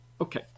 Okay